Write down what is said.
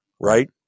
Right